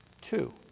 two